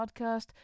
podcast